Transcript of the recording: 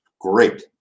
great